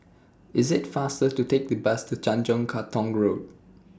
IS IT faster to Take The Bus to Tanjong Katong Road